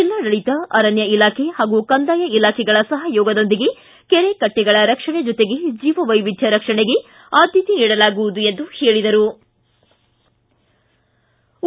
ಜಿಲ್ಲಾಡಳಿತ ಅರಣ್ಯ ಇಲಾಖೆ ಹಾಗೂ ಕಂದಾಯ ಇಲಾಖೆ ಸಹಯೋಗದೊಂದಿಗೆ ಕೆರೆಕಟ್ಟಿಗಳ ರಕ್ಷಣೆ ಜತೆಗೆ ಜೀವವೈವಿಧ್ಯ ರಕ್ಷಣೆಗೆ ಆದ್ದತೆ ನೀಡಲಾಗುವುದು ಎಂದು ಅನಂತ ಹೆಗಡೆ ಅಶೀಸರ ತಿಳಿಸಿದರು